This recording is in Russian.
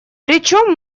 причем